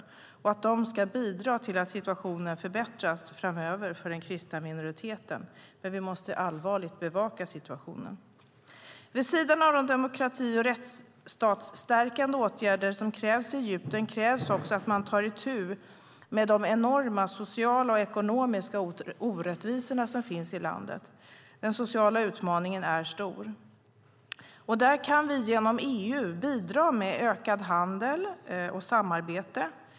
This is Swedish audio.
Vi får hoppas att de ska bidra till att situationen förbättras framöver för den kristna minoriteten, men vi måste bevaka situationen. Vid sidan av de demokrati och rättsstatsstärkande åtgärder som krävs i Egypten krävs också att man tar itu med de enorma sociala och ekonomiska orättvisor som finns i landet. Den sociala utmaningen är stor. Där kan vi genom EU bidra med ökad handel och samarbete.